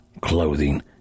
clothing